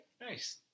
Nice